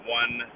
one